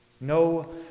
no